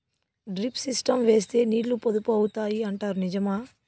Drip system వేస్తే నీళ్లు పొదుపు అవుతాయి అంటారు నిజమా?